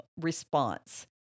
response